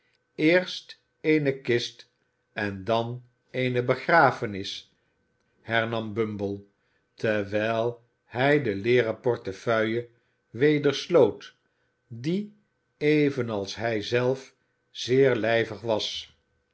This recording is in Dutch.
eerst eene kist en dan eene begrafenis hernam bumble terwijl hij de leeren portefeuille weder sloot die evenals hij zelf zeer lijvig was